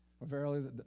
Verily